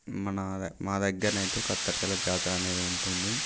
మన మా దగ్గర అయితే కత్తెరసాల జాతర అనేది ఉంటుంది